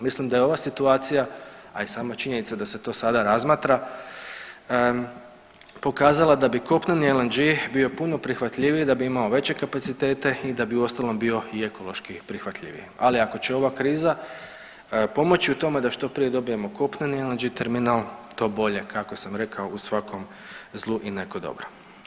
Mislim da je ova situacija, a i sama činjenica da se to sada razmatra pokazala da bi kopneni LNG bio puno prihvatljiviji da bi imao veće kapacitete i da bi uostalom bio i ekološki prihvatljiviji, ali ako će ova kriza pomoći u tome da što prije dobijemo kopneni LNG terminal to bolje kako sam rekao u svakom zlu i neko dobro.